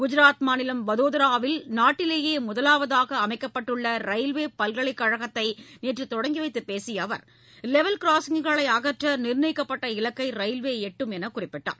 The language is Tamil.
குஜராத் மாநிலம் வதோதராவில் நாட்டிலேயே முதலாவதாக அமைக்கப்பட்டுள்ள ரயில்வே பல்கலைக் கழகத்தை நேற்று தொடங்கி வைத்துப் பேசிய அவர் லெவல் கிராசிங்குகளை அகற்ற நிர்ணயிக்கப்பட்ட இலக்கை ரயில்வே எட்டும் என்று குறிப்பிட்டார்